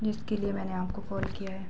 जिसके लिए मैंने आपको कॉल किया है